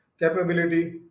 capability